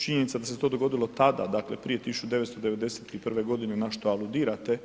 Činjenica da se to dogodilo tada, dakle prije 1991. godine na što aludirate